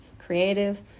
creative